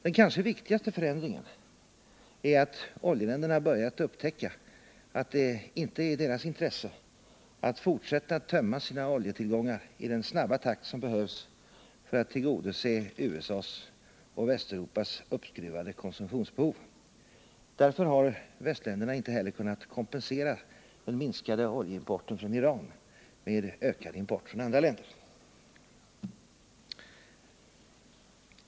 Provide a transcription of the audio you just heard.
Den kanske viktigaste förändringen är att oljeländerna börjat upptäcka att det inte är i deras intresse att fortsätta att tömma sina oljetillgångar i den snabba takt som behövs för att tillgodose USA:s och Västeuropas uppskruvade konsumtionsbehov. Därför har västländerna inte heller kunnat kompensera den minskade oljeimporten från Iran med ökad import från andra länder.